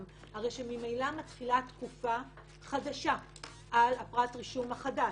הרי ממילא מתחילה תקופה חדשה על פרט הרישום החדש.